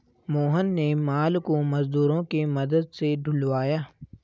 मोहन ने माल को मजदूरों के मदद से ढूलवाया